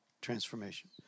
transformation